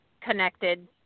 connected